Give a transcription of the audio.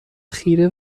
خیره